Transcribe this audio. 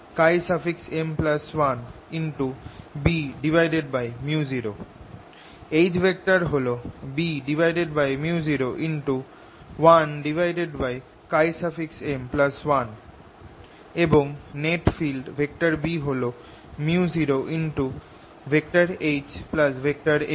H হল Bµ01M1 এবং net field B হল µ0H M